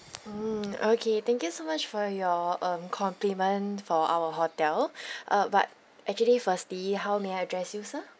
mm okay thank you so much for your um compliment for our hotel uh but actually firstly how may I address you sir